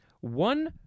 one